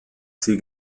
sie